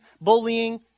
bullying